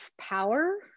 power